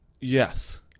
Yes